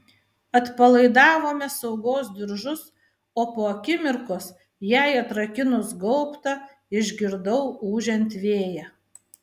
atpalaidavome saugos diržus o po akimirkos jai atrakinus gaubtą išgirdau ūžiant vėją